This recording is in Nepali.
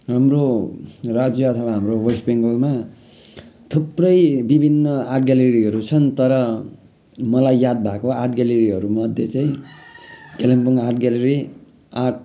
हाम्रो राज्य अथवा हाम्रो वेस्ट बेङ्गलमा थुप्रै विभिन्न आर्ट ग्यालेरीहरू छन् तर मलाई याद भएको आर्ट ग्यालेरीहरू मध्ये चाहिँ कालिम्पोङ आर्ट ग्यालेरी आर्ट